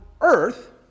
earth